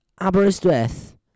Aberystwyth